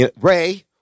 Ray